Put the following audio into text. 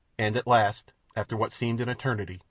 and at last, after what seemed an eternity,